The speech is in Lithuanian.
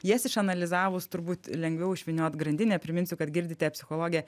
jas išanalizavus turbūt lengviau išvyniot grandinę priminsiu kad girdite psichologę